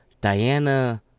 Diana